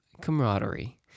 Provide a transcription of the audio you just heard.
camaraderie